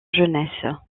jeunesse